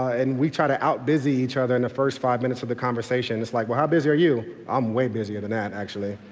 and we try to out busy each other in the first five minutes of the conversation. it's like well how busy are you? i'm way busier than that, actually.